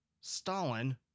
Stalin